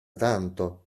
tanto